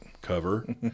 cover